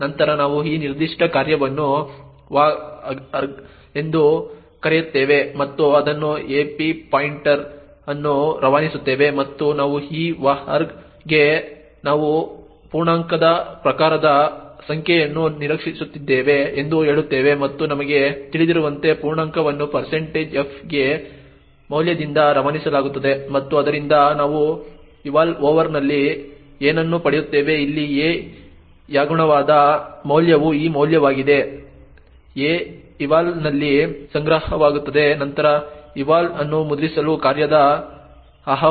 ನಂತರ ನಾವು ಈ ನಿರ್ದಿಷ್ಟ ಕಾರ್ಯವನ್ನು va arg ಎಂದು ಕರೆಯುತ್ತೇವೆ ಮತ್ತು ಅದನ್ನು ap ಪಾಯಿಂಟರ್ ಅನ್ನು ರವಾನಿಸುತ್ತೇವೆ ಮತ್ತು ನಾವು ಈ va arg ಗೆ ನಾವು ಪೂರ್ಣಾಂಕದ ಪ್ರಕಾರದ ಸಂಖ್ಯೆಯನ್ನು ನಿರೀಕ್ಷಿಸುತ್ತಿದ್ದೇವೆ ಎಂದು ಹೇಳುತ್ತೇವೆ ಮತ್ತು ನಮಗೆ ತಿಳಿದಿರುವಂತೆ ಪೂರ್ಣಾಂಕವನ್ನು printf ಗೆ ಮೌಲ್ಯದಿಂದ ರವಾನಿಸಲಾಗುತ್ತದೆ ಮತ್ತು ಆದ್ದರಿಂದ ನಾವು ival ಓವರ್ನಲ್ಲಿ ಏನನ್ನು ಪಡೆಯುತ್ತೇವೆ ಇಲ್ಲಿ a ಯ ಅನುಗುಣವಾದ ಮೌಲ್ಯವು ಈ ಮೌಲ್ಯವಾಗಿದೆ a ival ನಲ್ಲಿ ಸಂಗ್ರಹವಾಗುತ್ತದೆ ನಂತರ ival ಅನ್ನು ಮುದ್ರಿಸಲು ಕಾರ್ಯದ ಆಹ್ವಾನ